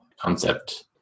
concept